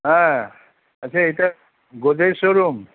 হ্যাঁ আচ্ছা এটা গোদরেজ শোরুম